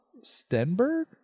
Stenberg